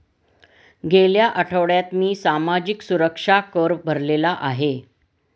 गेल्या आठवड्यात मी सामाजिक सुरक्षा कर भरलेला आहे